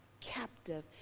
captive